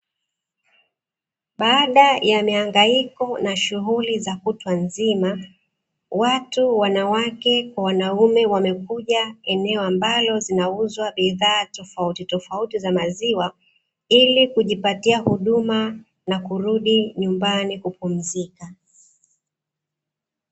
Baada ya mihangaiko na shughuli za kutwa nzima watu wanawake kwa wanaume wamekuja eneo ambalo zinauzwa bidhaa tofauti tofauti za maziwa, ili kujipatia huduma na kurudi nyumbani kupumzika.